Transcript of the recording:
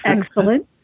Excellent